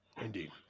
Indeed